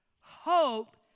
hope